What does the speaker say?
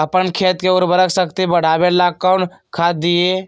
अपन खेत के उर्वरक शक्ति बढावेला कौन खाद दीये?